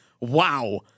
wow